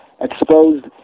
exposed